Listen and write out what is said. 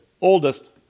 oldest